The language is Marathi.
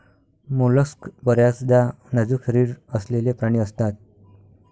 मोलस्क बर्याचदा नाजूक शरीर असलेले प्राणी असतात